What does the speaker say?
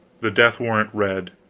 the death warrant read,